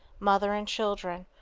mother and children,